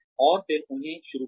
और फिर उन्हें शुरू करें